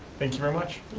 thank you very much.